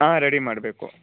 ಹಾಂ ರೆಡಿ ಮಾಡಬೇಕು